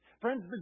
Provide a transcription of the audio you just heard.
Friends